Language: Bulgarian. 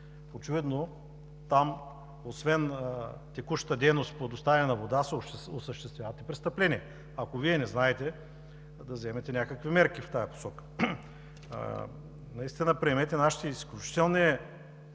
Очевидно там, освен текущата дейност по доставяне на вода, се осъществяват и престъпления. Ако Вие не знаете, да вземете някакви мерки в тази посока. Приемете нашата изключителна